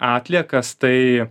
atliekas tai